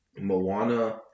Moana